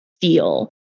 feel